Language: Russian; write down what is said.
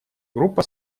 группа